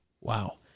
Wow